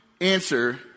answer